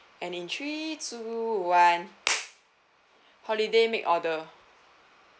and in three two one holiday make order